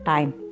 Time